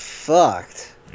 Fucked